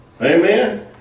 Amen